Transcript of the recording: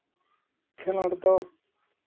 ᱠᱷᱮᱞᱳᱰ ᱫᱚ